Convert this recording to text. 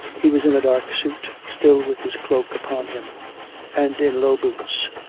he was in a dark suit, still with his cloak upon him and in low boots.